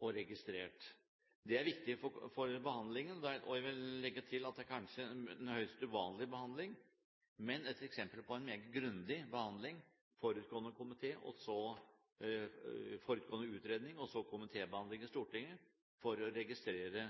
og registrert. Det er viktig for behandlingen. Jeg vil legge til at det kanskje er en høyst uvanlig behandling, men det er et eksempel på en meget grundig behandling, med forutgående utredning og så komitébehandling i Stortinget for å registrere